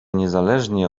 niezależnie